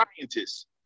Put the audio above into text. scientists